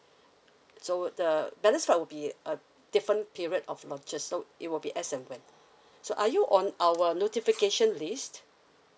so the balance slot will be a different period of launches so it will be as and when so are you on our notification list